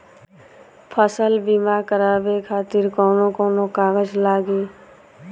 फसल बीमा करावे खातिर कवन कवन कागज लगी?